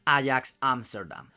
Ajax-Amsterdam